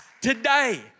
today